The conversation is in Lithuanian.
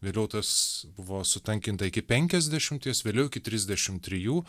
vėliau tas buvo sutankinta iki penkiasdešimties vėliau iki trisdešimt trijų